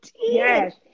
yes